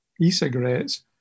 e-cigarettes